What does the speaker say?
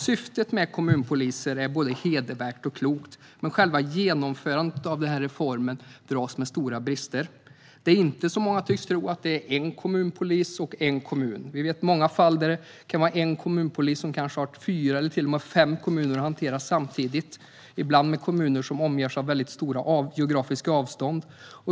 Syftet med kommunpoliser är både hedervärt och klokt, men själva genomförandet av denna reform dras med stora brister. Det är inte, som många tycks tro, en kommunpolis per kommun. I många fall har en kommunpolis fyra eller till och med fem kommuner att hantera samtidigt. Ibland är det kommuner med stora geografiska avstånd.